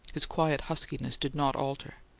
his quiet huskiness did not alter.